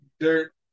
Dirt